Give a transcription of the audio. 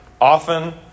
often